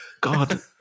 God